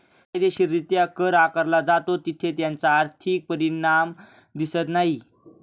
कायदेशीररित्या कर आकारला जातो तिथे त्याचा आर्थिक परिणाम दिसत नाही